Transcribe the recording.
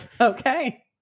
Okay